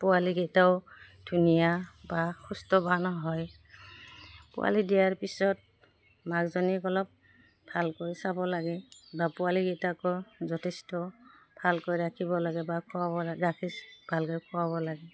পোৱালিকেইটাও ধুনীয়া বা সুস্থবান হয় পোৱালি দিয়াৰ পিছত মাকজনীক অলপ ভালকৈ চাব লাগে বা পোৱালিকেইটাকো যথেষ্ট ভালকৈ ৰাখিব লাগে বা খোৱাব ৰাখি ভালকৈ খোৱাব লাগে